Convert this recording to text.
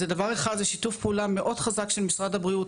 דבר אחד זה שיתוף פעולה מאוד חזק של משרד הבריאות